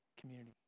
community